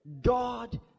God